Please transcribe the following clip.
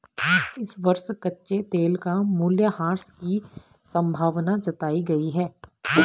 इस वर्ष कच्चे तेल का मूल्यह्रास की संभावना जताई गयी है